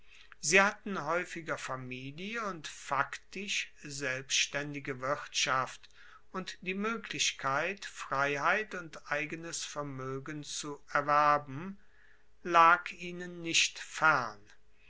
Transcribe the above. sie hatten haeufiger familie und faktisch selbstaendige wirtschaft und die moeglichkeit freiheit und eigenes vermoegen zu erwerben lag ihnen nicht fern